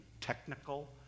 technical